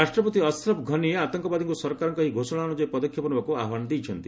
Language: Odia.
ରାଷ୍ଟ୍ରପତି ଅସ୍ରଫ୍ ଘନି ଆତଙ୍କବାଦୀଙ୍କୁ ସରକାରଙ୍କର ଏହି ଘୋଷଣା ଅନୁଯାୟୀ ପଦକ୍ଷେପ ନେବାକୁ ଆହ୍ପାନ ଦେଇଛନ୍ତି